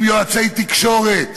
עם יועצי תקשורת,